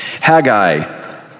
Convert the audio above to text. Haggai